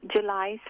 July